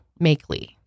Makeley